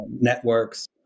networks